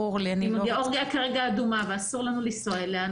גאורגיה כרגע אדומה ואסור לנו לנסוע אליה.